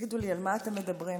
תגידו לי, על מה אתם מדברים?